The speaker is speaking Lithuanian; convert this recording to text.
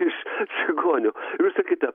iš čigonių jūs tikite